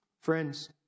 Friends